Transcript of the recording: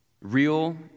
real